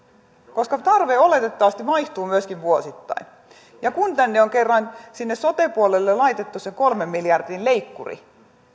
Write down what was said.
koska tarve oletettavasti vaihtuu myöskin vuosittain ja kun on kerran sinne sote puolelle laitettu se kolmen miljardin leikkuri